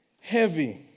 heavy